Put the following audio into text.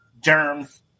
germs